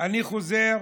אני חוזר